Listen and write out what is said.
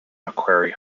macquarie